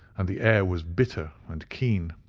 and the air was bitter and keen.